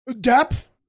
Depth